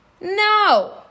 No